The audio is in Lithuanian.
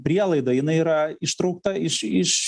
prielaida jinai yra ištraukta iš iš